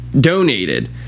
donated